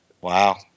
Wow